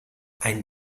ein